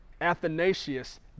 Athanasius